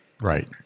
right